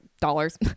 dollars